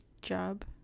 job